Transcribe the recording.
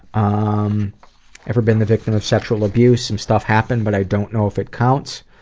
um ever been the victim of sexual abuse? some stuff happened, but i don't know if it counts.